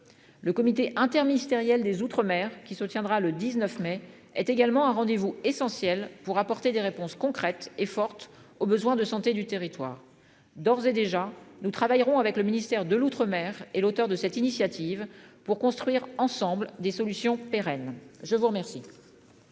Le comité interministériel des outre-mer qui se tiendra le 19 mai est également un rendez-vous essentiel pour apporter des réponses concrètes et forte aux besoins de santé du territoire d'ores et déjà nous travaillerons avec le ministère de l'Outre-mer et l'auteur de cette initiative pour construire ensemble des solutions pérennes. Je vous remercie.